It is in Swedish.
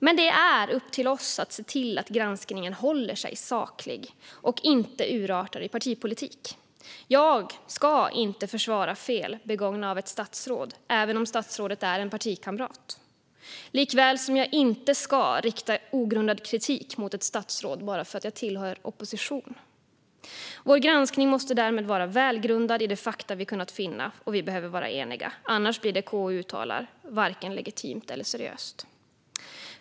Men det är upp till oss att se till att granskningen håller sig saklig och inte urartar i partipolitik. Jag ska inte försvara fel begångna av ett statsråd, även om statsrådet är en partikamrat. På samma sätt ska jag inte rikta ogrundad kritik mot ett statsråd bara för att jag tillhör oppositionen. Vår granskning måste vara välgrundad i de fakta vi kunnat finna, och vi behöver vara eniga - annars blir det som KU uttalar varken legitimt eller seriöst.